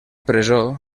presó